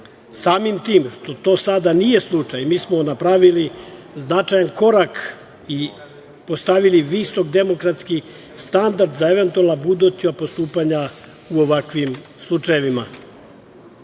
tim što to sada nije slučaj, mi smo napravili značajan korak i postavili visok demokratski standard za eventualna buduća postupanja u ovakvim slučajevima.